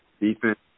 defense